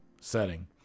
setting